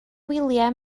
wyliau